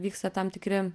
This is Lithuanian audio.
vyksta tam tikri